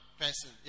person